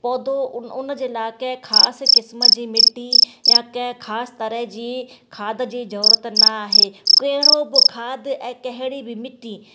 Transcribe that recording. पौधो उन जे लाइ कंहिं ख़ासि क़िस्मनि जी मिटी या कंहिं ख़ासि तरह जी खाद जी ज़रूरत न आहे को अहिड़ो खाद ऐं कहिड़ी बि मिटी